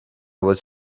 was